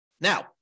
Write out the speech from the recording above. Now